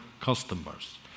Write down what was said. customers